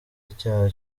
icyaha